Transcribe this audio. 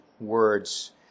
words